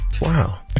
Wow